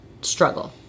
struggle